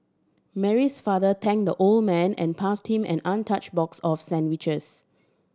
Mary's father thanked the old man and passed him an untouched box of sandwiches